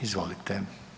Izvolite.